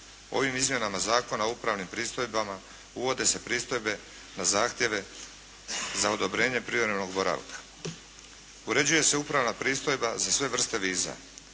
ovim izmjenama Zakona o upravnim pristojbama uvode se pristojbe na zahtjeve za odobrenje privremenog boravka, uređuje se upravna pristojba za sve vrste viza